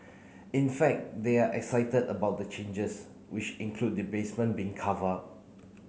in fact they are excited about the changes which include the basement being cover up